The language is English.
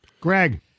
Greg